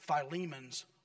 Philemon's